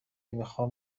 میخوام